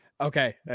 Okay